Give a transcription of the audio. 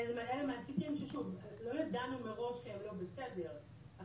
ולכן העובד רק רשום עליי ובפועל הוא עובד אצל מישהו אחר.